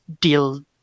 deal